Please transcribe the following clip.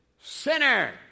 sinner